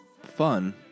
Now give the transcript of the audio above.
fun